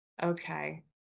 okay